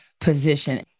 position